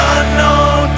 unknown